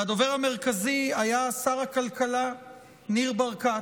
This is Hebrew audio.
והדובר המרכזי היה שר הכלכלה ניר ברקת,